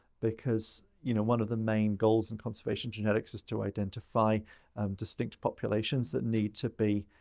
because you know, one of the main goals in conservation genetics is to identify distinct populations that need to be